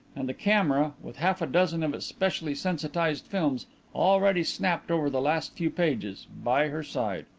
and the camera, with half-a-dozen of its specially sensitized films already snapped over the last few pages, by her side!